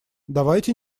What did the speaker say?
давайте